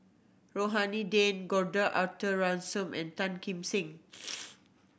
Rohani Din Gordon Arthur Ransome and Tan Kim Seng